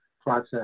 process